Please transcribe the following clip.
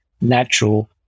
natural